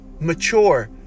mature